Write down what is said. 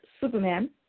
Superman